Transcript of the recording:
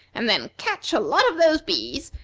and then catch a lot of those bees,